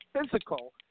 physical